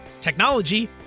technology